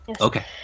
Okay